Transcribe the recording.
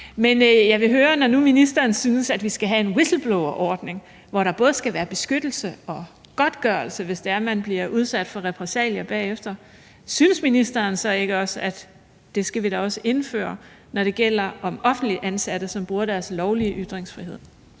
Men jeg vil høre, om ministeren, når han nu synes, at vi skal have en whistleblowerordning, hvor der både skal være beskyttelse og godtgørelse, hvis det er, at man bliver udsat for repressalier bagefter, så ikke også synes, at det skal vi da også indføre, når det gælder om offentligt ansatte, som bruger deres lovlige ytringsfrihed.